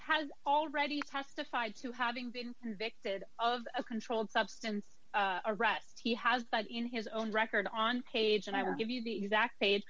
has already testified to having been convicted of a controlled substance arrest he has but in his own record on page and i will give you the exact pa